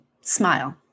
smile